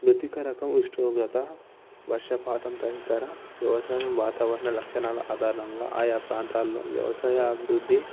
ముతికరకం ఉష్ణోగ్రత వర్షపాతం తదితర వ్యవసాయం వాతావరణ లక్షణాలు ఆధారంగా ఆయా ప్రాంతాలలో వ్యవసాయ అభివృద్ధి